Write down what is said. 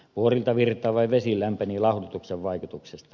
vuorilta virtaava vesi lämpeni lauhdutuksen vaikutuksesta